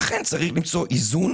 לכן צריך למצוא איזון,